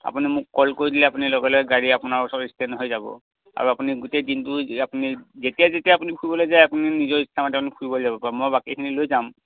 আপুনি মোক কল কৰি দিলে আপুনি লগে লগে গাড়ী আপোনাৰ ওচৰত ষ্টেণ্ড হৈ যাব আৰু আপুনি গোটে দিনটো আপুনি যেতিয়া যেতিয়া আপুনি ফুৰিলৈ যায় আপুনি নিজৰ ইচ্চামতে ফুৰিব যাব মই বাকীখিনি লৈ যাম